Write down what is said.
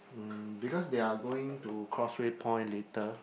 mm because they are going to Causeway-Point later